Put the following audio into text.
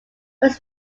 was